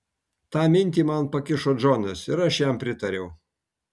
tą minti man pakišo džonas ir aš jam pritariau